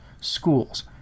schools